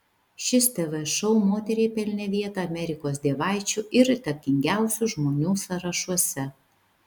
šis tv šou moteriai pelnė vietą amerikos dievaičių ir įtakingiausių žmonių sąrašuose